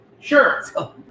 Sure